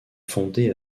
fondé